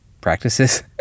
practices